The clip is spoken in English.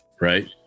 right